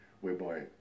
whereby